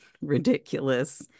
ridiculous